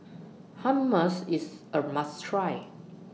Hummus IS A must Try